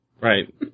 right